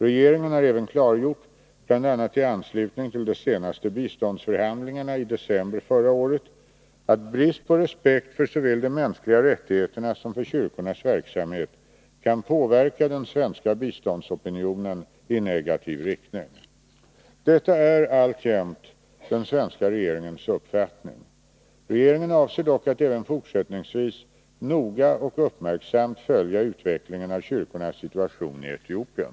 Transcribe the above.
Regeringen har även klargjort — bl.a. i anslutning till de senaste biståndsförhandlingarna i december förra året — att brist på respekt för såväl de mänskliga rättigheterna som kyrkornas verksamhet kan påverka den svenska biståndsopinionen i negativ riktning. Detta är alltjämt den svenska regeringens uppfattning. Regeringen avser dock att även fortsättningsvis noga och uppmärksamt följa utvecklingen av kyrkornas situation i Etiopien.